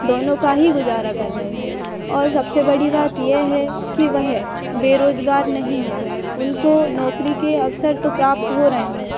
दोनों का ही गुजारा कर रहे हैं और सबसे बड़ी बात यह है कि वह बेरोजगार नहीं है उनको नौकरी के अवसर तो प्राप्त हो रहे हैं